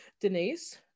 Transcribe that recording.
Denise